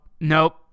nope